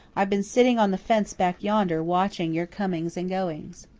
i've been sitting on the fence back yonder, watching your comings and goings.